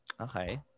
Okay